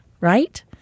right